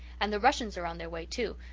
and the russians are on their way, too,